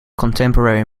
contemporary